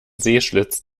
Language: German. sehschlitz